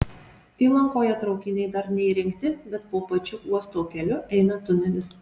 įlankoje traukiniai dar neįrengti bet po pačiu uosto keliu eina tunelis